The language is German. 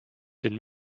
den